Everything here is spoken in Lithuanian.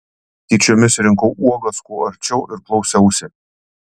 tyčiomis rinkau uogas kuo arčiau ir klausiausi